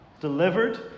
Delivered